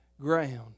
ground